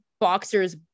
boxers